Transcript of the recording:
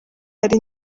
hari